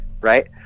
right